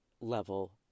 level